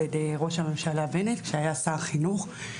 על ידי ראש הממשלה בנט כשהיה שר החינוך.